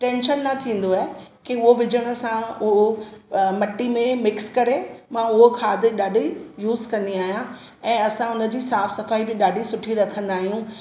tension न थींदो आहे की उहो विझणु सां उहो मिटी में मां मिक्स करे उहो खाद ॾाढी युस कंदी आहियां ऐं असां उनजी साफ़ु सफ़ाई बि ॾाढी सुठी रखंदा आहियूं